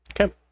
Okay